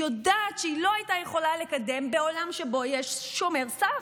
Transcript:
יודעת שהיא לא הייתה יכולה לקדם בעולם שבו יש שומר סף,